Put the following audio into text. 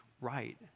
right